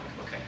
okay